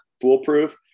foolproof